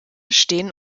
stehen